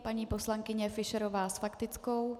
Paní poslankyně Fischerová s faktickou.